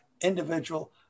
individual